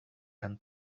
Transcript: and